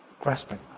grasping